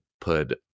put